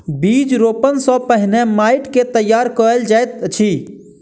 बीज रोपण सॅ पहिने माइट के तैयार कयल जाइत अछि